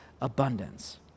abundance